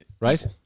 right